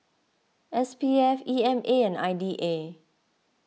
S P F E M A and I D A